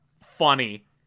funny